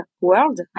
world